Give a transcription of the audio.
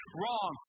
wrong